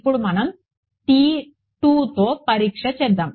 ఇప్పుడు మనం తో పరీక్ష చేద్దాం